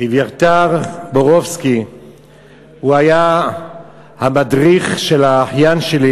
אביתר בורובסקי היה המדריך של האחיין שלי